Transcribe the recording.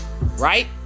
right